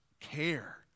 care